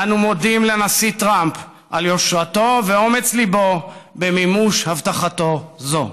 אנו מודים לנשיא טראמפ על יושרתו ואומץ ליבו במימוש הבטחתו זו.